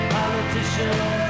politicians